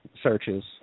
searches